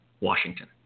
Washington